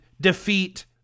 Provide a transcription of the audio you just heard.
defeat